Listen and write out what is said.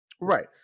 Right